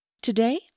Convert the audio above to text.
Today